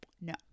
No